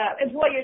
employers